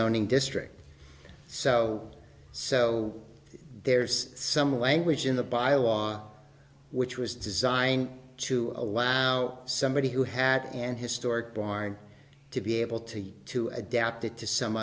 zoning district so so there's some language in the buy a lawn which was designed to allow somebody who had an historic barn to be able to to adapt it to some